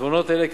עיזבונות אלה,